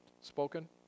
spoken